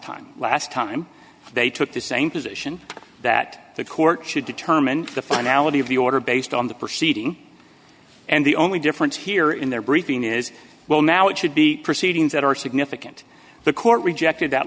time last time they took the same position that the court should determine the finality of the order based on the proceeding and the only difference here in their briefing is well now it should be proceedings that are significant the court rejected that